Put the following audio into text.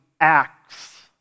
acts